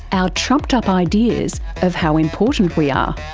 our trumped up ideas of how important we are.